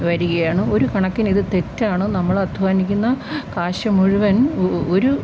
വരികയാണ് ഒരു കണക്കിന് ഇത് തെറ്റാണ് നമ്മൾ അധ്വാനിക്കുന്ന കാശ് മുഴുവൻ ഒ ഒ ഒരു